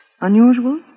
Unusual